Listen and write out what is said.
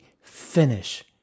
finish